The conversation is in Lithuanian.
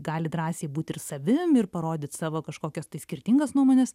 gali drąsiai būti ir savim ir parodyt savo kažkokias tai skirtingas nuomones